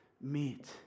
meet